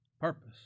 Purpose